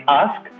ask